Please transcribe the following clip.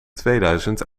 tweeduizend